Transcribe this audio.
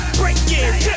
breaking